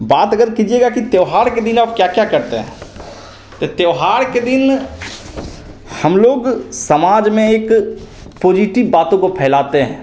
बात अगर कीजिएगा कि त्यौहार के दिन आप क्या क्या करते हैं त त्यौहार के दिन हम लोग समाज में एक पोजिटिब बातों को फैलाते हैं